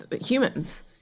humans